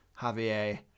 Javier